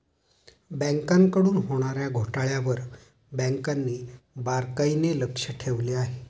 बँकांकडून होणार्या घोटाळ्यांवर बँकांनी बारकाईने लक्ष ठेवले आहे